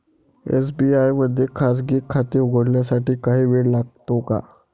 SBI मध्ये खाजगी खाते उघडण्यासाठी काही वेळ लागतो का?